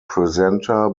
presenter